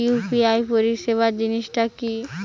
UPI পরিসেবা জিনিসটা কি?